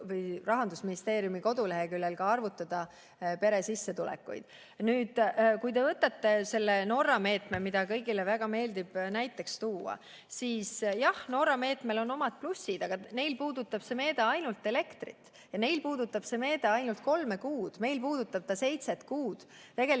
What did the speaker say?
saab Rahandusministeeriumi koduleheküljel ka arvutada. Nüüd, kui te võtate selle Norra meetme, mida kõigile väga meeldib näiteks tuua, siis jah, Norra meetmel on omad plussid, aga neil puudutab see meede ainult elektrit ja neil puudutab see meede ainult kolme kuud. Meil puudutab ta seitset kuud